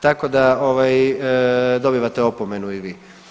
Tako da dobivate opomenu i vi.